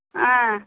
ஆ